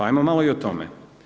Hajmo malo i o tome.